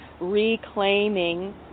Reclaiming